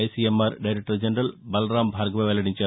ICMR director general Balram Bhargava వెల్లడించారు